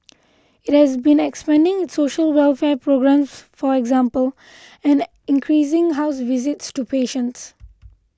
it has been expanding its social welfare programmes for example and increasing house visits to patients